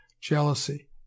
jealousy